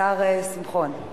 השר שמחון.